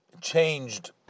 changed